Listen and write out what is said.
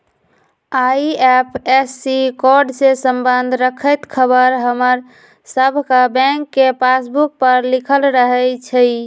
IFSC code से संबंध रखैत ख़बर हमर सभके बैंक के पासबुक पर लिखल रहै छइ